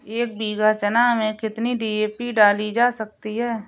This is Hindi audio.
एक बीघा चना में कितनी डी.ए.पी डाली जा सकती है?